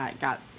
got